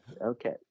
Okay